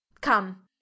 Come